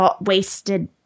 wasted